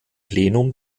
plenum